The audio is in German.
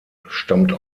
stammte